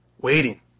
waiting